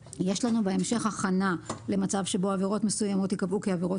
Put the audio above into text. בהמשך יש לנו הכנה למצב שבו עבירות מסוימות ייקבעו כעבירות